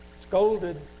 scolded